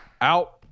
out